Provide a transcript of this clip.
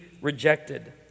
rejected